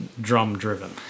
drum-driven